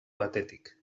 batetik